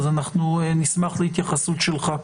אז אנחנו נשמח להתייחסות שלך.